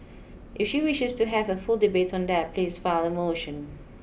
if she wishes to have a full debate on that please file a motion